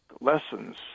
lessons